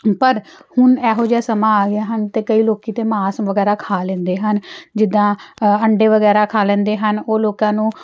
ਪਰ ਹੁਣ ਇਹੋ ਜਿਹਾ ਸਮਾਂ ਆ ਗਿਆ ਹਨ ਅਤੇ ਕਈ ਲੋਕ ਤਾਂ ਮਾਸ ਵਗੈਰਾ ਖਾ ਲੈਂਦੇ ਹਨ ਜਿੱਦਾਂ ਅੰਡੇ ਵਗੈਰਾ ਖਾ ਲੈਂਦੇ ਹਨ ਉਹ ਲੋਕਾਂ ਨੂੰ